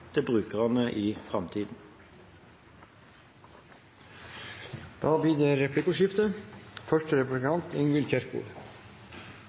til brukerne i framtiden. Det blir replikkordskifte.